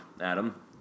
Adam